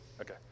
okay